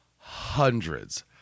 hundreds